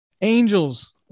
Angels